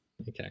Okay